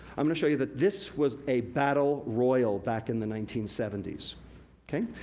i'm gonna show you that this was a battle royal back in the nineteen seventy s.